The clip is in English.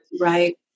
right